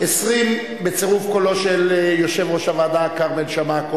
הזמנו דוח מחקר מהממ"מ,